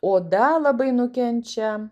oda labai nukenčia